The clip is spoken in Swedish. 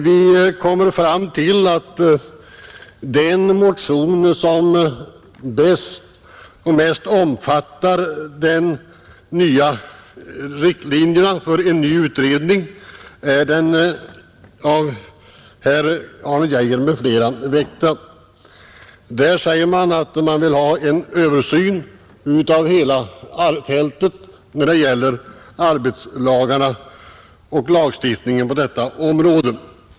Vi kommer fram till att den motion som bäst och mest omfattar de nya riktlinjerna för en utredning är den av herr Arne Geijer m.fl. väckta, vari begärs en översyn av hela fältet när det gäller de lagar som reglerar rättstillämpningen på arbetslivets område.